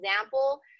example